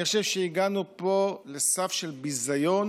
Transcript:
אני חושב שהגענו פה לסף של ביזיון,